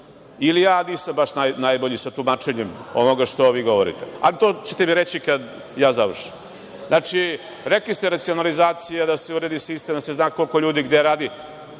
ili ja nisam baš najbolje sa tumačenjem onoga što vi govorite, a to ćete mi reći kada ja završim. Znači, rekli ste racionalizacija, da se uredi sistem, da se zna koliko ljudi gde radi,